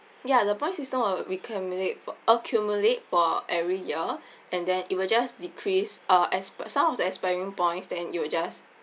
ya the point system will reccumulate accumulate for every year and then it will just decrease uh as some of the expiring points then it will just